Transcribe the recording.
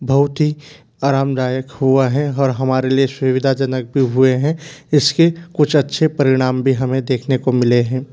बहुत ही आरामदायक हुआ है और हमारे लिए सुविधाजनक भी हुए हैं इसके कुछ अच्छे परिणाम भी हमें देखने को मिले हैं